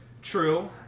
True